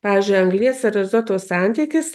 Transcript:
pavyzdžiui anglies ir azoto santykis